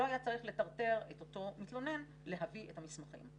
לא היה צריך לטרטר את אותו מתלונן להביא את המסמכים.